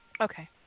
Okay